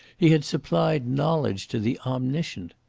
he had supplied knowledge to the omniscient.